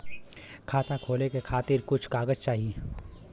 खाता खोले के खातिर कुछ कागज चाही?